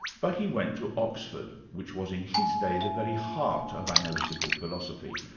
but he went to oxford, which was in his day the very heart of analytical philosophy,